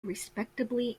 respectably